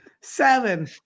seven